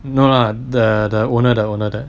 no lah the owner the owner 的